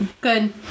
Good